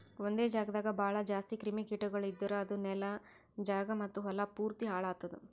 ಒಂದೆ ಜಾಗದಾಗ್ ಭಾಳ ಜಾಸ್ತಿ ಕ್ರಿಮಿ ಕೀಟಗೊಳ್ ಇದ್ದುರ್ ಅದು ನೆಲ, ಜಾಗ ಮತ್ತ ಹೊಲಾ ಪೂರ್ತಿ ಹಾಳ್ ಆತ್ತುದ್